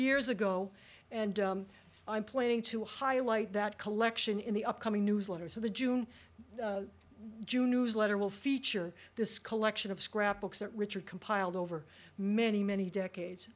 years ago and i'm planning to highlight that collection in the upcoming newsletter so the june june newsletter will feature this collection of scrapbooks that richard compiled over many many decades